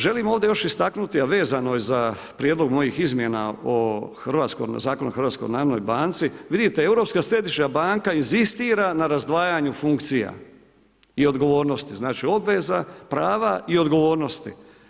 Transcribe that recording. Želim ovdje još istaknuti a vezano je za prijedlog mojih izmjena o hrvatskom, Zakonu o HNB-u, vidite Europska središnja banka inzistira na razdvajanju funkcija i odgovornosti, znači obveza, prava i odgovornosti.